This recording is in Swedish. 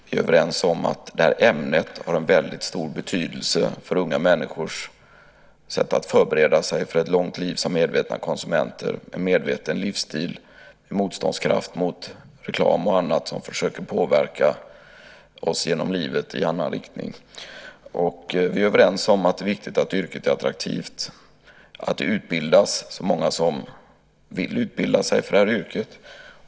Vi är överens om att det här ämnet har en väldigt stor betydelse för unga människors sätt att förbereda sig för ett långt liv som medvetna konsumenter med en medveten livsstil och motståndskraft mot reklam och annat som försöker påverka oss genom livet i annan riktning. Vi är överens om att det är viktigt att yrket är attraktivt och att det utbildas så många som vill utbilda sig till det här yrket.